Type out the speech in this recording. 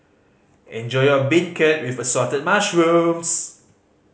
enjoy your beancurd with Assorted Mushrooms